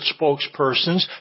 spokespersons